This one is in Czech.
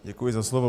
Děkuji za slovo.